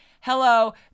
hello